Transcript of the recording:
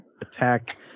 Attack